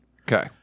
Okay